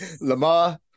Lamar